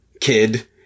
kid